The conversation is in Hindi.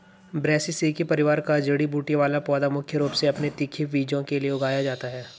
ब्रैसिसेकी परिवार का जड़ी बूटी वाला पौधा मुख्य रूप से अपने तीखे बीजों के लिए उगाया जाता है